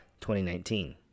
2019